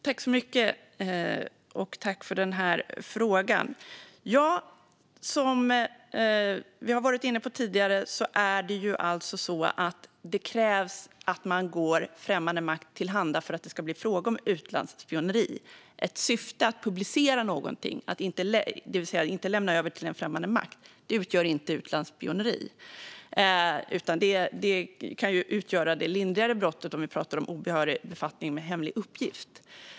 Fru talman! Jag tackar för frågan. Som vi varit inne på tidigare är det alltså så att det krävs att man går främmande makt till handa för att det ska bli fråga om utlandsspioneri. Ett syfte att publicera något, det vill säga inte att lämna över det till främmande makt, utgör inte utlandsspioneri. Det kan utgöra det lindrigare brottet obehörig befattning med hemlig uppgift.